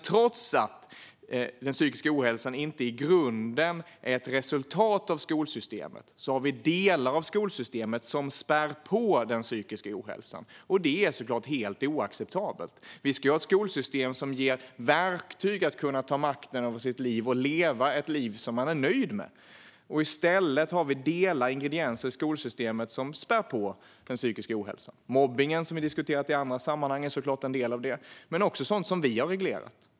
Trots att den psykiska ohälsan i grunden inte är ett resultat av skolsystemet har vi delar av skolsystemet som spär på den psykiska ohälsan. Det är naturligtvis helt oacceptabelt. Vi ska ha ett skolsystem som ger människor verktyg att ta makten över sitt liv och leva ett liv som de är nöjda med. I stället har vi delar och ingredienser i skolsystemet som spär på den psykiska ohälsan. Mobbningen, som vi har diskuterat i andra sammanhang, är såklart en del av det men också sådant som vi har reglerat.